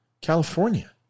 California